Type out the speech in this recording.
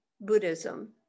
Buddhism